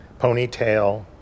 ponytail